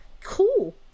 cool